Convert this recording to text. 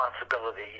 responsibility